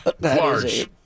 large